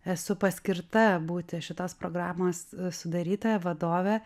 esu paskirta būti šitos programos sudarytoja vadovė